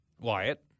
Wyatt